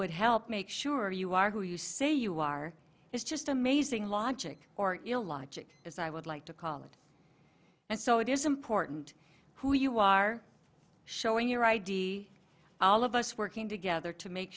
would help make sure you are who you say you are is just amazing logic or illogic as i would like to call it and so it is important who you are showing your i d all of us working together to make